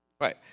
Right